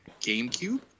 GameCube